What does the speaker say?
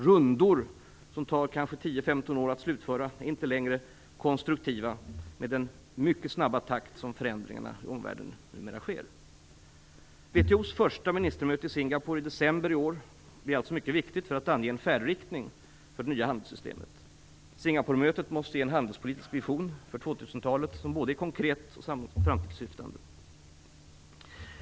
Rundor som kanske tar 10-15 år att slutföra är inte längre konstruktiva med den mycket snabba takt som förändringarna i omvärlden numera sker i. WTO:s första ministermöte i Singapore i december i år blir mycket viktigt för att ange en färdriktning för det nya handelssystemet. Singaporemötet måste ge en handelspolitisk vision för 2000-talet som både är konkret och framåtsyftande.